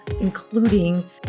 including